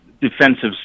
defensive